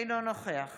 אינו נוכח